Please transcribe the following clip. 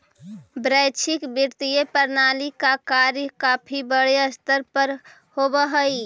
वैश्विक वित्तीय प्रणाली का कार्य काफी बड़े स्तर पर होवअ हई